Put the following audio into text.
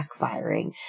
backfiring